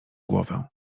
głowę